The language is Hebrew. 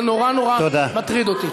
זה מאוד מטריד אותי.